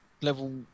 level